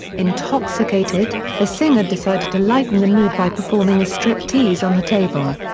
intoxicated, the singer decided to lighten the mood by performing a striptease on the table.